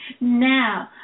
Now